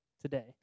today